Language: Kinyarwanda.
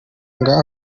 ngayo